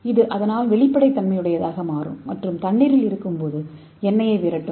இது வெளிப்படையாக மாறும் மற்றும் தண்ணீரில் இருக்கும்போது எண்ணெயை விரட்டுகிறது